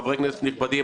חברי כנסת נכבדים,